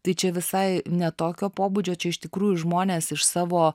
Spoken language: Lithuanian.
tai čia visai ne tokio pobūdžio čia iš tikrųjų žmonės iš savo